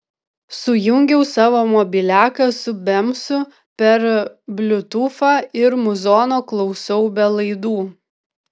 sujungiau savo mobiliaką su bemsu per bliutūfą ir muzono klausau be laidų